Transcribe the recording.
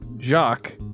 Jacques